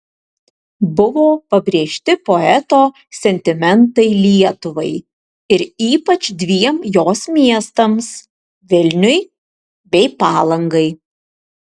buvo pabrėžti poeto sentimentai lietuvai ir ypač dviem jos miestams vilniui bei palangai